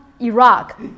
Iraq